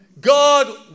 God